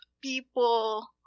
people